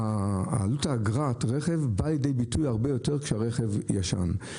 עלות אגרת רכב באה לידי ביטוי הרבה יותר כשהרכב ישן.